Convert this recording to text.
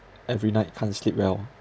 every night can't sleep well